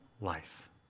life